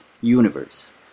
universe